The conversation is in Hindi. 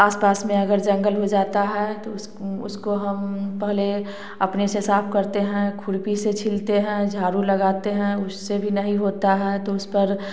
आसपास में अगर जंगल हो जाता है तो उस उसको हम पहले अपने से साफ करते हैं खुरपी से छीलते हैं झाड़ू लगाते हैं उससे भी नहीं होता है तो उसे पर